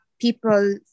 People